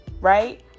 right